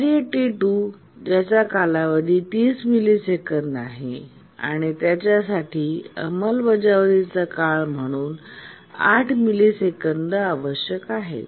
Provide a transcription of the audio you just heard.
कार्य T2 ज्याचा कालावधी 30 मिलिसेकंद आहे आणि त्यासाठी अंमलबजावणीचा काळ म्हणून 8 मिलिसेकंद आवश्यक आहेत